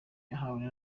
cyahawe